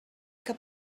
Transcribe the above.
que